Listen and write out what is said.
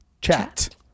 chat